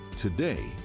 today